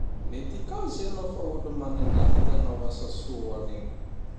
Mety ka zay nao fa olo-mandraha ta hanao asa soa regny.